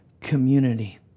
community